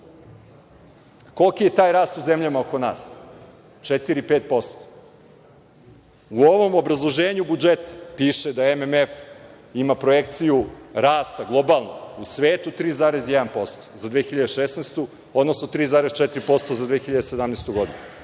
Koliki je taj rast u zemljama oko nas? Četiri, pet posto. U ovom obrazloženju budžeta piše da MMF ima projekciju rasta, globalno, u svetu 3,1% za 2016. godinu, odnosno 3,4% za 2017. godinu.